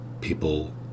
people